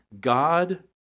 God